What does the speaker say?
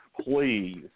Please